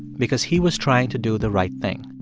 because he was trying to do the right thing.